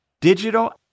digital